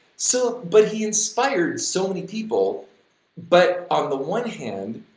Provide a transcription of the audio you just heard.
so but he inspired so many people but on the one hand,